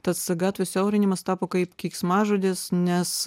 tas gatvių siaurinimas tapo kaip keiksmažodis nes